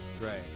right